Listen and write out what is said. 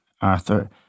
Arthur